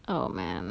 oh man